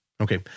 okay